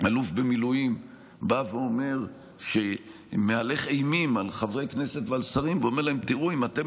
אלוף במילואים מהלך אימים על חברי כנסת ועל שרים ואומר להם: אם אתם